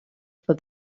for